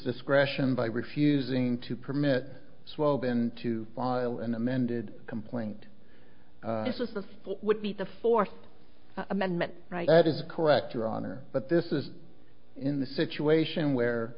discretion by refusing to permit swope and to file an amended complaint would be the fourth amendment right that is correct your honor but this is in the situation where